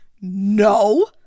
No